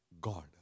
God